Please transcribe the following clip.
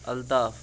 Altaf